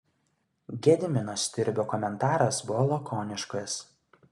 gedimino stirbio komentaras buvo lakoniškas